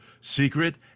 secret